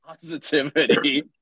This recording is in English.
Positivity